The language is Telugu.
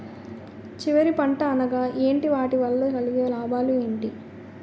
చివరి పంట అనగా ఏంటి వాటి వల్ల కలిగే లాభాలు ఏంటి